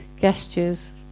gestures